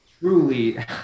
truly